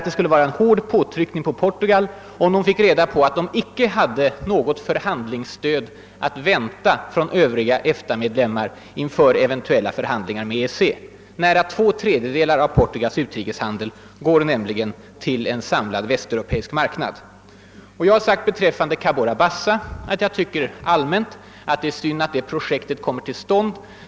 Det skulle vara en hård påtryckning på Portugal om man där fick reda på att landet icke hade något förhandlingsstöd att vänta från Öövriga EFTA-medlemmar inför eventuella förhandlingar med EEC. Nära två tredjedelar av Portugals utrikeshandel går nämligen till den västeuropeiska marknaden. Beträffande Cabora Bassa har jag sagt att det är olämpligt att detta projekt kommer till stånd.